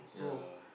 yeah